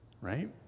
Right